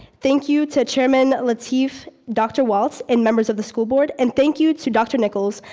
thank you to chairman lateef, dr. walts, and members of the school board, and thank you to dr. nichols,